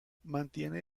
mantiene